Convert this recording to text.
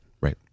right